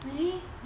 really